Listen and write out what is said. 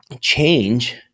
Change